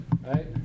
right